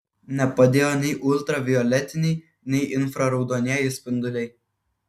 nepadėjo nei ultravioletiniai nei infraraudonieji spinduliai